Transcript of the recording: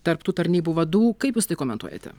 tarp tų tarnybų vadų kaip jūs tai komentuojate